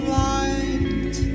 light